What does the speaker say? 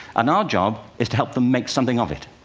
and our job is to help them make something of it.